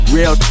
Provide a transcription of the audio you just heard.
Real